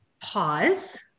pause